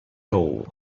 hole